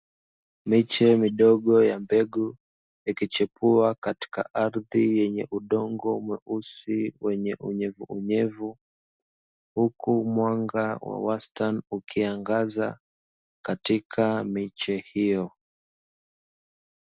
Miche midogo ya mbegu ikichepua katika ardhi kwenye udongo mweusi wenye unyevu unyevu, huku mwanga wa wastani ukiangaza katika miche hiyo.